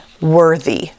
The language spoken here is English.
worthy